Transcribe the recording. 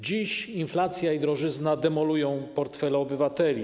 Dziś inflacja i drożyzna demolują portfele obywateli.